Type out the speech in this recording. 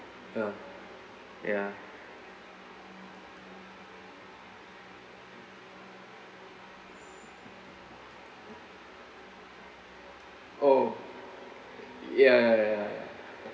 ah ya oh ya ya ya ya ya